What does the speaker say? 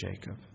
Jacob